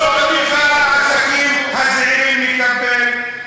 אתה משתייך לפסטיבל חוק ההסדרים, אתה חייב.